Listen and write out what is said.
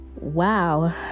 Wow